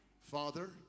Father